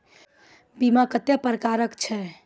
बीमा कत्तेक प्रकारक छै?